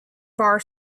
bar